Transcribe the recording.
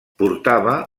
portava